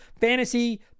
Fantasy